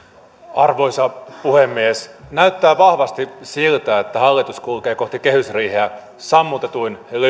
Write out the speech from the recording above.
arvoisa puhemies näyttää vahvasti siltä että kuntavaalien vuoksi hallitus kulkee kohti kehysriiheä sammutetuin